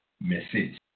Message